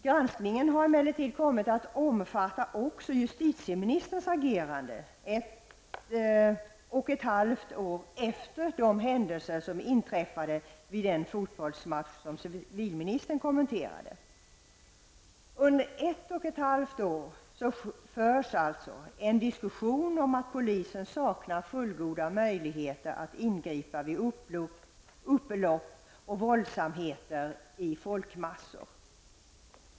Granskningen har emellertid kommit att omfatta också justitieministerns agerande ett och ett halvt år efter de händelser som inträffade vid den fotbollsmatch som civilministern kommenterade. Under ett och ett halvt år förs alltså en diskussion om att polisen saknar fullgoda möjligheter att ingripa vid upplopp och våldsamheter i folkmassor.